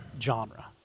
genre